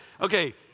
Okay